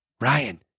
Ryan